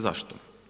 Zašto?